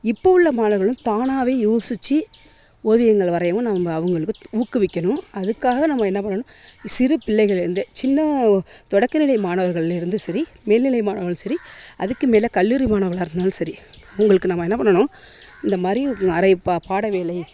இப்போது உள்ள மாணவர்களும் தானாவே யோசிச்சு ஓவியங்கள் வரையவும் நம்ப அவங்களுக்கு ஊக்குவிக்கணும் அதுக்காக நம்ம என்ன பண்ணணும் சிறு பிள்ளைகளில் இருந்தே சின்ன தொடக்கநிலை மாணவர்கள் இருந்து சரி மேல்நிலை மாணவர்கள் சரி அதுக்கும் மேலே கல்லூரி மாணவர்களாக இருந்தாலும் சரி அவங்களுக்கு நம்ம என்ன பண்ணணும் இந்தமாதிரி அரை பா பாடவேலை